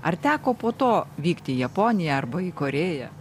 ar teko po to vykti į japoniją arba į korėją